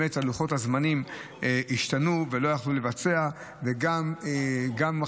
באמת לוחות הזמנים השתנו ולא יכלו לבצע וגם חמישה